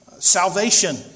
salvation